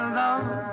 love